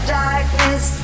darkness